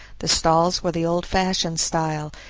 the stalls were the old-fashioned style,